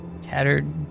Tattered